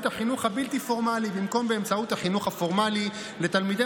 החינוך הבלתי-פורמלי במקום באמצעות החינוך הפורמלי לתלמידי